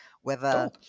whether-